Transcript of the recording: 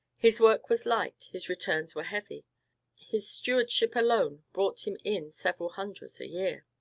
his work was light his returns were heavy his stewardship alone brought him in several hundreds a year.